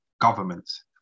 governments